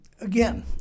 again